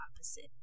opposite